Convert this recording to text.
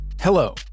Hello